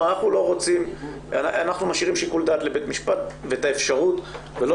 שאנחנו משאירים שיקול דעת לבית משפט ואת האפשרות ולא